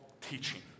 teaching